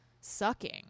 sucking